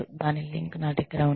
దాని లింక్ నా దగ్గర ఉంది